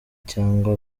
cyangwa